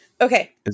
Okay